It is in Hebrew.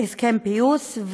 להסכם פיוס.